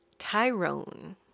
Tyrone